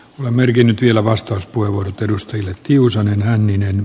olen merkinnyt vielä vastaus puiun edustajille kiusallinen hänninen